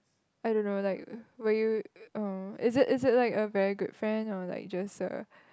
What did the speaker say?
I don't know like were you uh is it is it like a very good friend or just like a